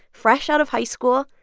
fresh out of high school,